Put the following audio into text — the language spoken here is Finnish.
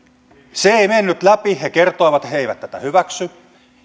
se ei mennyt läpi he kertoivat että he eivät tätä hyväksy